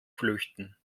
flüchten